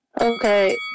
Okay